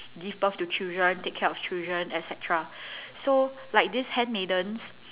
give birth to children take care of children etcetera so these handmaidens